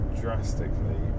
drastically